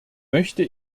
möchte